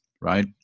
right